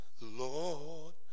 Lord